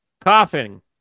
coughing